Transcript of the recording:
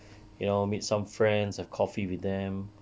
you know meet some friends have coffee with them